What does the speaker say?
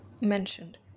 mentioned